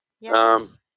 Yes